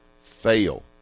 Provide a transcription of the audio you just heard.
fail